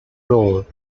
role